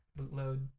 Bootload